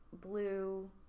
blue